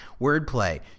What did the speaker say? Wordplay